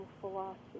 philosophy